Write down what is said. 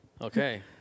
Okay